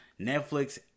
Netflix